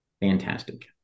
Fantastic